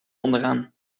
onderaan